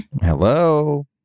Hello